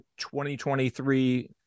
2023